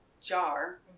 jar